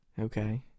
Okay